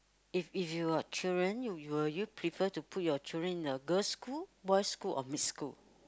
if if you got children you will you prefer to put your children in a girls school boys school or mixed school